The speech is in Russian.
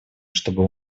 чтобы